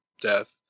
death